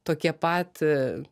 tokie pat